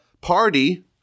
party